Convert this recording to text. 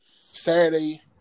Saturday